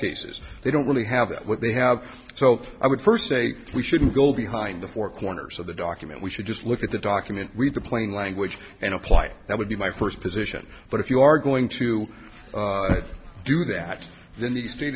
cases they don't really have that what they have so i would first say we shouldn't go behind the four corners of the document we should just look at the document read the plain language and apply that would be my first position but if you are going to do that then the state